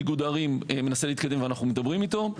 איגוד ערים מנסה להתקדם ואנחנו מדברים איתו.